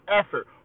effort